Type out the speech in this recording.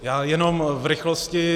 Já jenom v rychlosti.